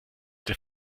der